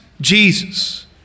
Jesus